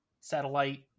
satellite